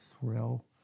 thrill